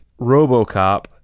Robocop